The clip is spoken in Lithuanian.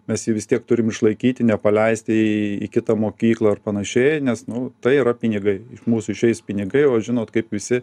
mes jį vis tiek turim išlaikyti nepaleisti į kitą mokyklą ar panašiai nes nu tai yra pinigai mūsų šiais pinigai o žinot kaip visi